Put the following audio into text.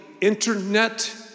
internet